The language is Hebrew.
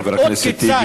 לראות כיצד ההנחות קלות,